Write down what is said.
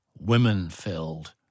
women-filled